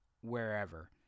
wherever